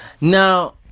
now